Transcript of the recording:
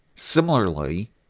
Similarly